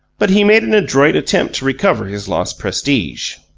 but he made an adroit attempt to recover his lost prestige.